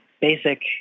basic